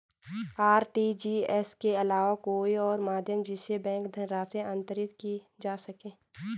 RTGS के अलावा कोई और माध्यम जिससे बैंक धनराशि अंतरित की जा सके?